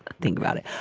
think about it.